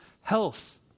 health